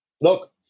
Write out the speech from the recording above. look